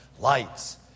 Lights